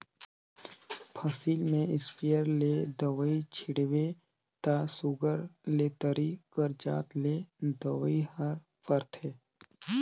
फसिल में इस्पेयर ले दवई छींचबे ता सुग्घर ले तरी कर जात ले दवई हर परथे